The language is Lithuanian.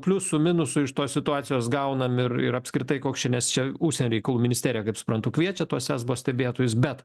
pliusų minusų iš tos situacijos gaunam ir ir apskritai koks čia nes čia užsienio reikalų ministerija kaip suprantu kviečia tuos esbo stebėtojus bet